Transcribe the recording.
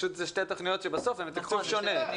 פשוט זה שתי תוכניות הם בתקציב שונה.